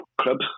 clubs